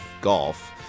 golf